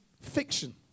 fiction